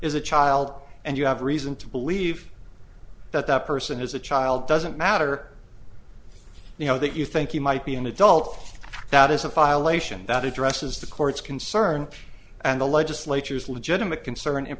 is a child and you have reason to believe that that person is a child doesn't matter you know that you think you might be an adult that is a file ation that addresses the court's concern and the legislature's legitimate concern in